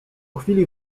chwili